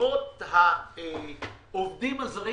משרות העובדים הזרים